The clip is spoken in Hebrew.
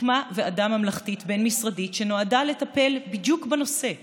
הוקמה ועדה ממלכתית בין-משרדית שנועדה לטפל בדיוק בנושא זה,